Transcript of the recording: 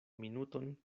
minuton